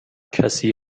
کسی